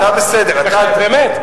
באמת.